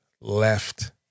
left